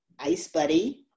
icebuddy